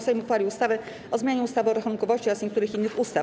Sejm uchwalił ustawę o zmianie ustawy o rachunkowości oraz niektórych innych ustaw.